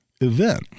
event